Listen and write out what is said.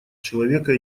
человека